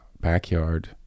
backyard